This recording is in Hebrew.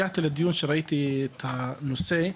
אני הגעתי לדיון כשראיתי את הנושא,